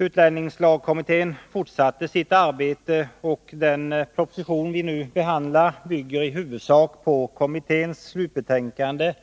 Utlänningslagskommittén fortsatte sitt arbete, och den proposition vi nu behandlar bygger i huvudsak på kommitténs slutbetänkande